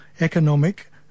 economic